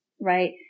Right